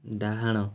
ଡାହାଣ